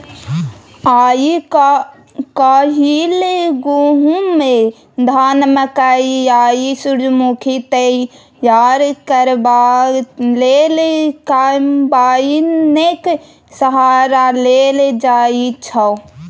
आइ काल्हि गहुम, धान, मकय आ सूरजमुखीकेँ तैयार करबा लेल कंबाइनेक सहारा लेल जाइ छै